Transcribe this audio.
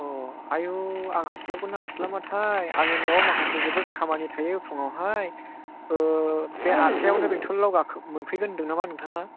अ आयु आं हास्लाबगोना हास्लाबनाथाय आंनि न'आव माखासे जोबोद खामानि थायो फुङावहाय ओ बे आठथायावनो बेंटलाव मोनफैगोन होनदों नामा नोंथाङा